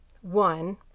one